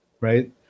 right